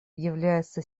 является